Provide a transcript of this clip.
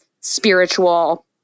spiritual